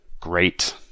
Great